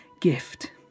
gift